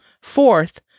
Fourth